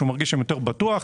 שמרגיש שם יותר בטוח,